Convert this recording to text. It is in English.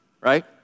Right